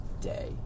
day